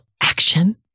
action